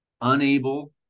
unable